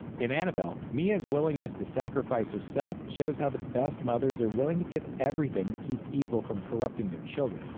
in annabelle, mia's willingness to sacrifice herself shows how the best mothers are willing to give everything to keep evil from corrupting their children.